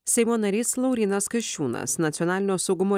seimo narys laurynas kasčiūnas nacionalinio saugumo